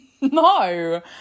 No